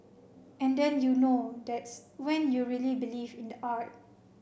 and then you know that's when you really believe in the art